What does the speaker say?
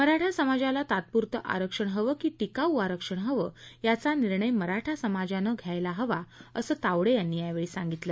मराठा समाजाला तात्पुरतं आरक्षण हवं की टिकावू आरक्षण हवं याचा निर्णय मराठा समाजाने घ्यायला हवाअसं तावडे यावेळी म्हणाले